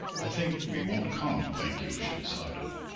i think we won't come, thank you, she decided.